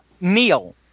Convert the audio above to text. Neil